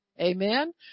Amen